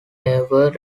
newer